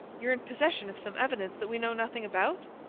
you're in possession of some evidence that we know nothing about?